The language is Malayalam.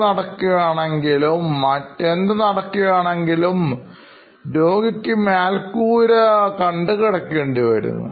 ഓപ്പറേഷൻ നടക്കുകയാണെങ്കിലുംമറ്റെന്തു നടക്കുകയാണെങ്കിലും രോഗിക്ക് മേൽക്കൂരകണ്ടു കിടക്കേണ്ടി വരുന്നു